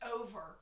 over